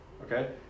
Okay